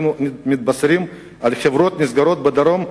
אנחנו מתבשרים על חברות שנסגרות בדרום.